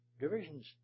Divisions